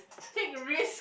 take a risk